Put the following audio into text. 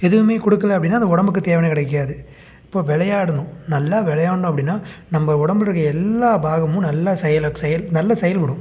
எதுவும் கொடுக்கல அப்படின்னா அந்த உடம்புக்கு தேவையானது கிடைக்காது அப்போ விளையாடணும் நல்லா விளையாண்டோம் அப்படின்னா நம்ம உடம்புல இருக்கற எல்லாம் பாகமும் நல்லா செயல செயல் நல்லா செயல்படும்